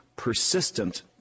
persistent